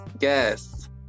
Yes